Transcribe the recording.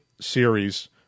series